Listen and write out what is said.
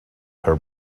her